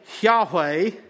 Yahweh